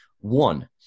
one